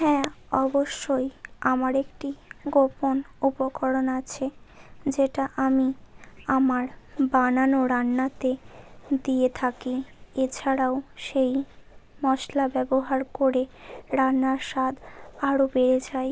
হ্যাঁ অবশ্যই আমার একটি গোপন উপকরণ আছে যেটা আমি আমার বানানো রান্নাতে দিয়ে থাকি এছাড়াও সেই মশলা ব্যবহার করে রান্নার স্বাদ আরও বেড়ে যাই